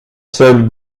seule